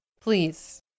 Please